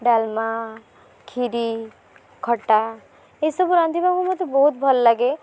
ଡାଲମା ଖିରୀ ଖଟା ଏସବୁ ରାନ୍ଧିବାକୁ ମୋତେ ବହୁତ ଭଲ ଲାଗେ